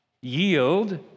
yield